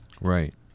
Right